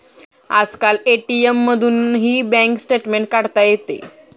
आजकाल ए.टी.एम मधूनही bank statement काढता येते